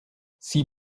sie